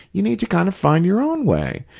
you need to kind of find your own way.